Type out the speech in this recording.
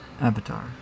Avatar